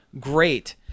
Great